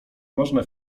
można